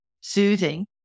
soothing